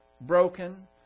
broken